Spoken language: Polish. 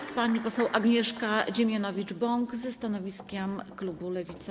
I pani poseł Agnieszka Dziemianowicz-Bąk ze stanowiskiem klubu Lewica.